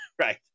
Right